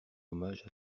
hommage